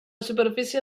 superfície